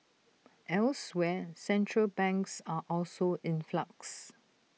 elsewhere central banks are also in flux